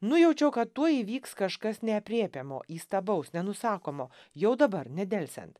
nujaučiau kad tuoj įvyks kažkas neaprėpiamo įstabaus nenusakomo jau dabar nedelsiant